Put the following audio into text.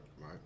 right